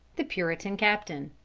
the puritan captain.